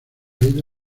ido